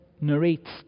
narrates